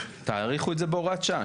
תאריכו את זה בהוראת שעה,